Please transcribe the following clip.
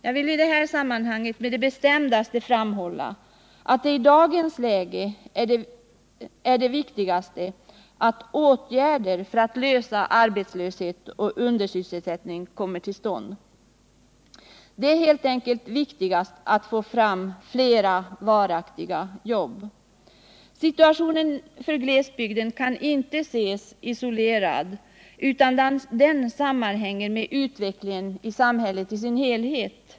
Jag vill i detta sammanhang på det bestämdaste framhålla, att det som i dagens läge är det viktigaste är att åtgärder för att lösa problemen med arbetslöshet och undersysselsättning 65 kommer till stånd. Det gäller helt enkelt att få fram flera varaktiga jobb. Situationen i glesbygden kan inte ses isolerad, utan den sammanhänger med utvecklingen i samhället i dess helhet.